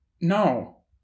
No